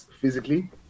physically